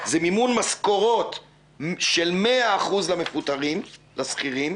מימון משכורות של 100% למפוטרים השכירים.